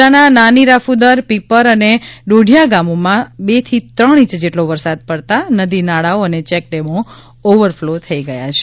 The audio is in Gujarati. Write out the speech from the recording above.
જિલ્લાના નાની રાફુદર પીપર અને ડોઢિયા ગામોમાં બે થી ત્રણ ઇંચ જેટલો વરસાદ પડતા નદી નાળાઓ અને ચેકડેમો ઓવરફલો થઈ ગયા છે